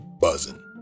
buzzing